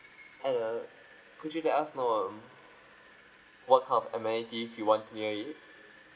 and uh could you let us know um what kind of amenities you want near it